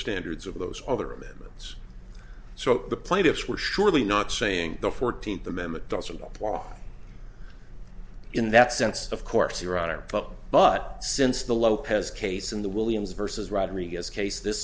standards of those other amendments so the plaintiffs were surely not saying the fourteenth amendment doesn't apply in that sense of course your honor but since the lopez case in the williams vs rodriguez case this